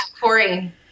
Corey